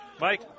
Mike